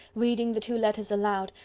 reading the two letters aloud,